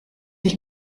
ich